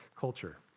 Culture